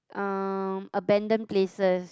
um abandoned places